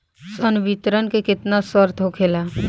संवितरण के केतना शर्त होखेला?